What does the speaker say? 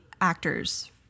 actors